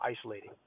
isolating